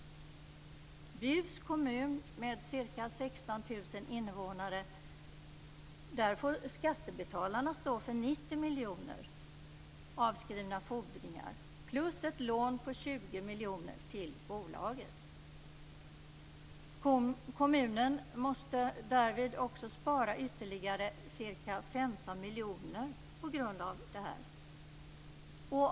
I Bjuvs kommun, med ca 16 000 invånare, får skattebetalarna stå för miljoner till bolaget. Kommunen måste därvid också spara ytterligare ca 15 miljoner på grund av detta.